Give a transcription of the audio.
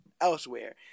elsewhere